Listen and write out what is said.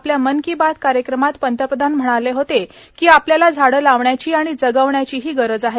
आपल्या मन की बात कार्यक्रमात पंतप्रधान म्हणाले होते की आपल्याला झाडं लावण्याची आणि जगवण्याचीही गरज आहे